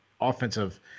offensive